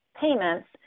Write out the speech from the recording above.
payments